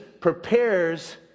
prepares